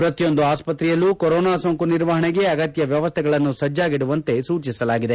ಪ್ರತಿಯೊಂದು ಆಸ್ತತ್ರೆಯಲ್ಲೂ ಕೊರೊನಾ ಸೋಂಕು ನಿರ್ವಹಣೆಗೆ ಅಗತ್ಯ ವ್ಯವಸ್ಥೆಗಳನ್ನು ಸಜ್ಜಾಗಿಡುವಂತೆ ಸೂಚಿಸಲಾಗಿದೆ